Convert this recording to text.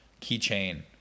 keychain